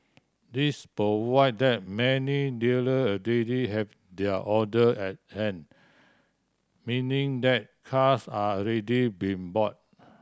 this prove that many dealer already have their order at hand meaning that cars are already been bought